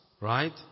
right